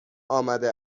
آمده